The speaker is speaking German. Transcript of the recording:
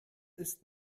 ist